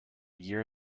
year